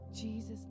Jesus